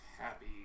happy